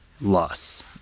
loss